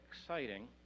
exciting